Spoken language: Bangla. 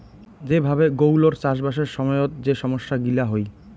যে ভাবে গৌলৌর চাষবাসের সময়ত যে সমস্যা গিলা হই